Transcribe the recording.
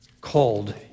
called